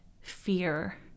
fear